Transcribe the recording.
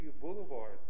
Boulevard